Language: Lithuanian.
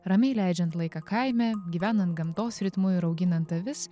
ramiai leidžiant laiką kaime gyvenant gamtos ritmu ir auginant avis